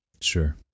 Sure